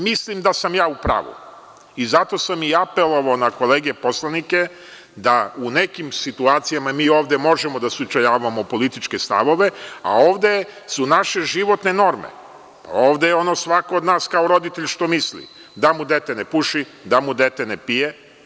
Mislim da sam ja u pravu i zato sam i apelovao na kolege poslanike da u nekim situacijama mi ovde možemo da sučeljavamo političke stavove, a ovde su naše životne norme, pa ovde je ono svako od nas, kao roditelj što misli, da mu dete ne puši, da mu dete ne pije.